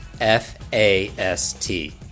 F-A-S-T